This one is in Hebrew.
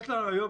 כיום,